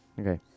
okay